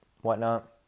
whatnot